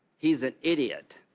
he is an idiot.